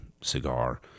cigar